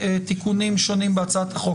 תיקונים שונים בהצעת החוק.